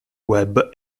web